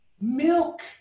milk